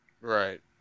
Right